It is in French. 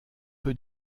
peu